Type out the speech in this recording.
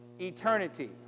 eternity